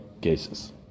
cases